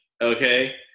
okay